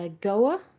Goa